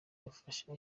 yafashwe